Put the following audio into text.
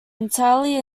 entirely